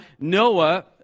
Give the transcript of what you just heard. Noah